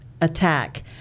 attack